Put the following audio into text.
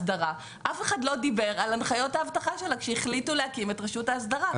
אף אחד לא דיבר על הנחיות האבטחה שלה כשהחליטו להקים את רשות האסדרה.